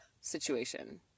situation